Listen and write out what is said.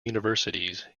universities